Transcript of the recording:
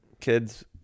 Kids